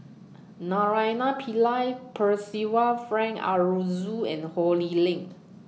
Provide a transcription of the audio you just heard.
Naraina Pillai Percival Frank Aroozoo and Ho Lee Ling